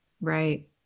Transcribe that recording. right